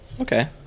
Okay